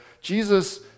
Jesus